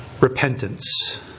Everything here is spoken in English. repentance